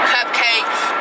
Cupcakes